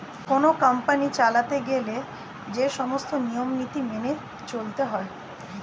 কোন কোম্পানি চালাতে গেলে যে সমস্ত নিয়ম নীতি মেনে চলতে হয়